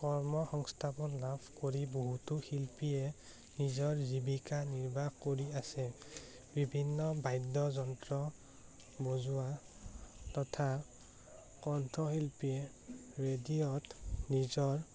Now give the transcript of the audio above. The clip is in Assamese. কৰ্ম সংস্থাপন লাভ কৰি বহুতো শিল্পীয়ে নিজৰ জীৱিকা নিৰ্বাহ কৰি আছে বিভিন্ন বাদ্যযন্ত্ৰ বজোৱা তথা কণ্ঠশিল্পীয়ে ৰেডিঅ'ত নিজৰ